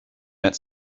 met